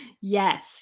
Yes